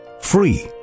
free